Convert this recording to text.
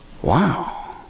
Wow